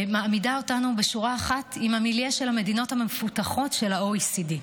שמעמידה אותנו בשורה אחת עם המיליה של המדינות המפותחות ב-OECD.